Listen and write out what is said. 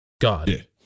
god